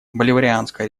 боливарианская